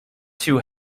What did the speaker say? too